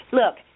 look